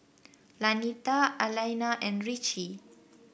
Lanita Alaina and Ritchie